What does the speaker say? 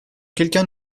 quelqu’un